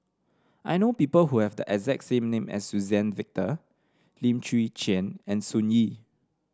I know people who have the exact name as Suzann Victor Lim Chwee Chian and Sun Yee